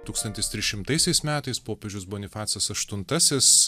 tūkstantis trys šimtaisiais metais popiežius bonifacas aštuntasis